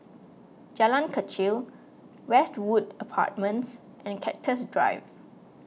Jalan Kechil Westwood Apartments and Cactus Drive